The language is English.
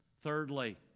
Thirdly